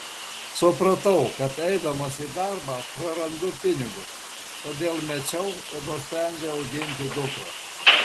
supratau kad eidamas į darbą prarandu pinigus todėl mečiau ir nusprendžiau auginti dukrą